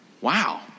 Wow